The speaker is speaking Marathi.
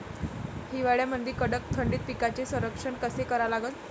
हिवाळ्यामंदी कडक थंडीत पिकाचे संरक्षण कसे करा लागन?